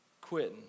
Quitting